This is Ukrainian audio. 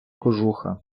кожуха